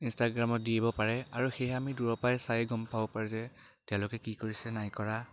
ইনষ্টাগ্ৰামত দিব পাৰে আৰু সেয়া আমি দূৰৰ পৰাই চাই গম পাব পাৰোঁ যে তেওঁলোকে কি কৰিছে নাই কৰা